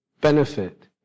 benefit